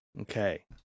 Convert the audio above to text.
okay